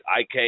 IK